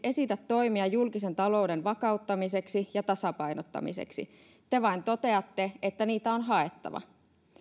esitä toimia julkisen talouden vakauttamiseksi ja tasapainottamiseksi te vain toteatte että niitä on haettava